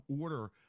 order